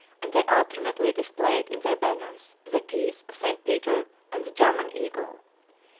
and they alternately displayed in their banners the keys of st. peter and the german eagle.